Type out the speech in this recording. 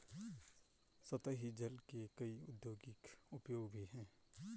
सतही जल के कई औद्योगिक उपयोग भी हैं